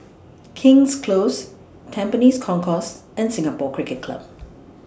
King's Close Tampines Concourse and Singapore Cricket Club